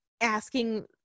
asking